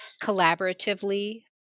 collaboratively